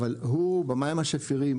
אבל הוא במים השפירים,